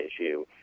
issue